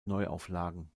neuauflagen